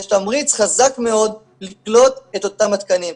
יש תמריץ חזק מאוד לקלוט את אותם התקנים.